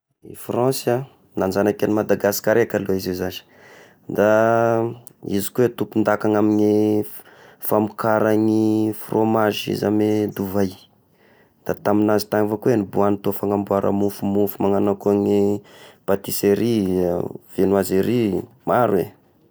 I France ah, nanzanaka an'i Madagasikara eky aloha izy zashy, da izy koa tompon-daka ny amin'ny fa- famokaragny frômazy izy ame dovay, da tamin'azy tagny avao koa niboahan'ny tô fanamboara mofomofo magnana koa ny patisserie, vennoiserie, maro eh.